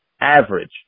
average